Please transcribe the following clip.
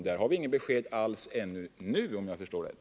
Om det har vi ännu inget besked alls, om jag förstår rätt.